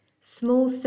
Small